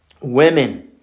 women